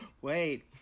Wait